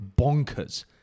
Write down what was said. bonkers